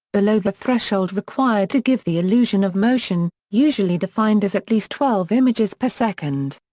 below the threshold required to give the illusion of motion, usually defined as at least twelve images per second.